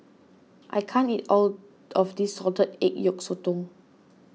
I can't eat all of this Salted Egg Yolk Sotong